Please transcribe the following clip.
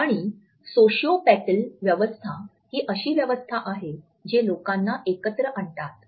आणि सोशिओपेटल व्यवस्था ही अशी व्यवस्था आहे जे लोकांना एकत्र आणतात